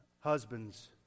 Husbands